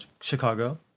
Chicago